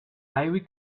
ivy